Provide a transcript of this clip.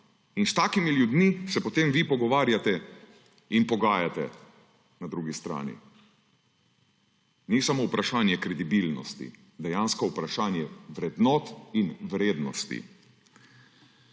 In s takimi ljudmi se potem vi pogovarjate in pogajate na drugi strani. Ni samo vprašanje kredibilnosti, dejansko vprašanje je vrednost in vrednosti.